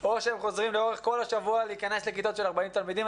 או שהם חוזרים לאורך כל השבוע להיכנס לכיתות של 40 תלמידים.